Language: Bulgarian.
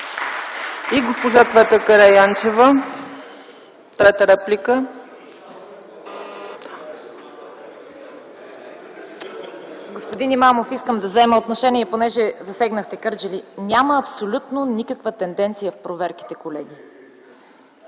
– госпожа Цвета Караянчева. ЦВЕТА КАРАЯНЧЕВА (ГЕРБ): Господин Имамов, искам да взема отношение, понеже засегнахте Кърджали. Няма абсолютно никаква тенденция в проверките, колеги.